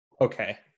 okay